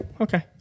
Okay